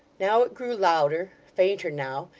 now it grew louder, fainter now,